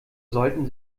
sollten